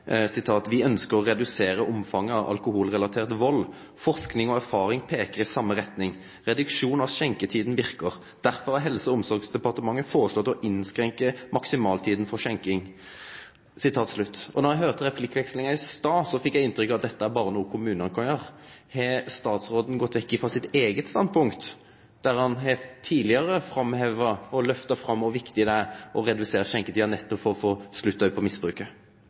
ønsker å redusere omfanget av alkoholrelatert vold. Forskning og erfaring peker i samme retning: Reduksjon av skjenketiden virker. Derfor har Helse- og omsorgsdepartementet foreslått å innskrenke maksimaltiden for skjenking.» Då eg høyrde replikkvekslinga i stad, fekk eg inntrykk av at dette er noko som berre kommunane kan gjere. Har statsråden gått vekk frå sitt eige standpunkt? Han har tidlegare framheva og lyfta fram kor viktig det er å redusere skjenkjetida nettopp for å få slutt på misbruket.